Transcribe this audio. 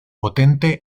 potente